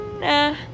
Nah